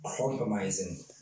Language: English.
compromising